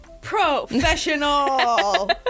Professional